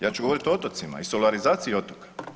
Ja ću govorit o otocima i solarizaciji otoka.